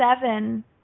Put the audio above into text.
seven